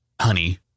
honey